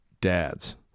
dads